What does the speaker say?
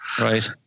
right